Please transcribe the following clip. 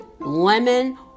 lemon